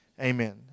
Amen